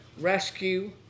rescue